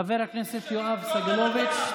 חבר הכנסת יואב סגלוביץ'.